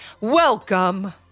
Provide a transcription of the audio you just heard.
Welcome